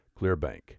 ClearBank